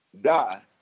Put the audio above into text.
die